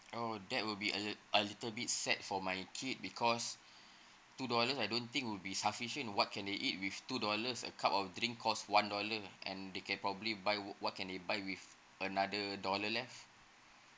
oh that will be a~ a little bit sad for my kid because two dollars I don't think will be sufficient what can they eat with two dollars a cup of drink cost one dollar and they can probably buy what what can they buy with another dollar left